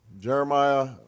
Jeremiah